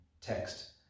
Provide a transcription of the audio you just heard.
text